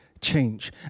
change